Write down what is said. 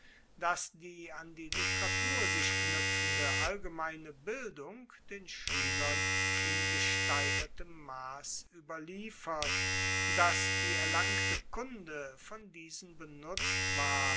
dass die an die literatur sich knuepfende allgemeine bildung den schuelern in gesteigertem mass ueberliefert dass die erlangte kunde von diesen benutzt ward